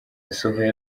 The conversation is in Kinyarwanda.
yasohoye